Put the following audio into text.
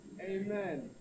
Amen